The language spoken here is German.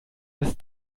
das